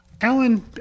Alan